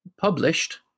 published